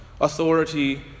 authority